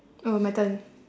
oh my turn